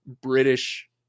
British